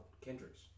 Kendrick's